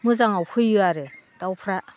मोजाङाव फैयो आरो दाउफोरा